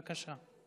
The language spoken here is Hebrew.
בבקשה.